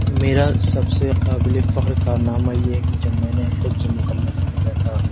میرا سب سے قابل فخر کارنامہ یہ ہے کہ جب میں نے حفظ مکمل کیا تھا